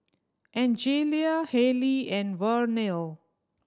Angelia Haylie and Vernelle